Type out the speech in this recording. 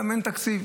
גם אין תקציב,